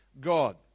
God